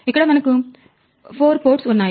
ఇక్కడ మనకు 4 port ఉన్నాయి